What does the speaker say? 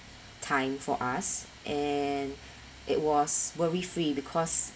time for us and it was very free because